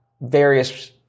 various